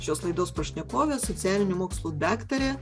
šios laidos pašnekovė socialinių mokslų daktarė